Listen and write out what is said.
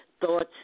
thoughts